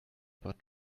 but